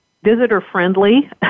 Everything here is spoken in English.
Visitor-friendly